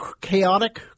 chaotic